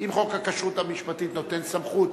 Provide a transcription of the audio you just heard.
אם חוק הכשרות המשפטית נותן סמכות